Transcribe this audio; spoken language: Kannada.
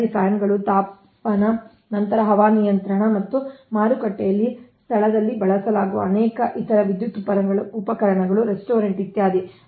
ಫ್ಯಾನ್ಗಳು ತಾಪನ ನಂತರ ಹವಾನಿಯಂತ್ರಣ ಮತ್ತು ಮಾರುಕಟ್ಟೆ ಸ್ಥಳಗಳಲ್ಲಿ ಬಳಸಲಾಗುವ ಅನೇಕ ಇತರ ವಿದ್ಯುತ್ ಉಪಕರಣಗಳು ರೆಸ್ಟೋರೆಂಟ್ ಇತ್ಯಾದಿ